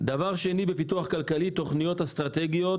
דבר שני בפיתוח כלכלי, תוכניות אסטרטגיות.